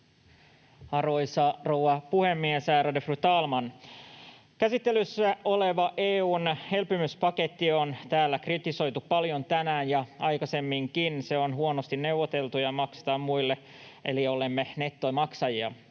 Arvoisa rouva puhemies, ärade fru talman! Käsittelyssä olevaa EU:n elpymispakettia on täällä kritisoitu paljon tänään ja aikaisemminkin. Se on huonosti neuvoteltu, ja maksetaan muille eli olemme nettomaksajia